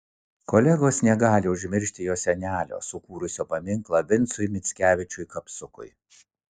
kolegos negali užmiršti jo senelio sukūrusio paminklą vincui mickevičiui kapsukui